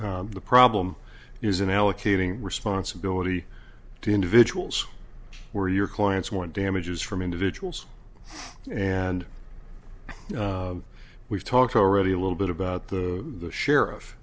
system the problem is in allocating responsibility to individuals where your clients want damages from individuals and we've talked already a little bit about the sheriff